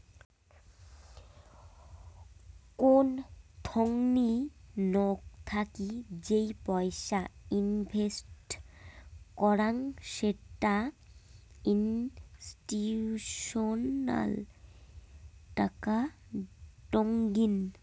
কোন থোংনি নক থাকি যেই পয়সা ইনভেস্ট করং সেটা ইনস্টিটিউশনাল টাকা টঙ্নি